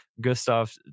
Gustav